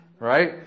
Right